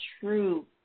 true